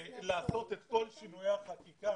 לעשות את כל שינויי החקיקה,